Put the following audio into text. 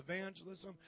evangelism